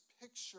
picture